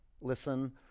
Listen